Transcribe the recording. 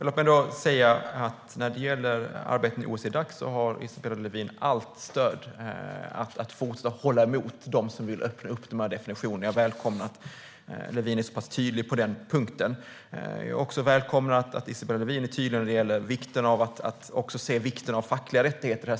Herr talman! Vad gäller OECD-Dac har Isabella Lövin allt stöd för att fortsätta att hålla emot mot dem som vill öppna upp definitionerna. Jag välkomnar att Isabella Lövin är så pass tydlig på denna punkt. Jag välkomnar också att Isabella Lövin är tydlig med vikten av fackliga rättigheter.